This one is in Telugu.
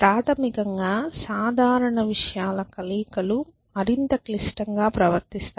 ప్రాథమికంగా సాధారణ విషయాల కలయికలు మరింత క్లిష్టంగా ప్రవర్తిస్తాయి